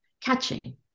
catching